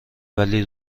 ولی